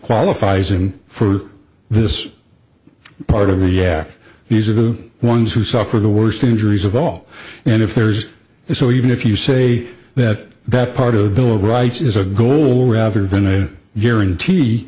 qualifies him for this part of the yeah these are the ones who suffer the worst injuries of all and if there's so even if you say that that part of the bill of rights is a goal rather than a guarantee